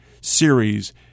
series